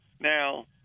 Now